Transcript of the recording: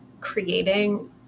creating